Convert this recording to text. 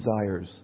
desires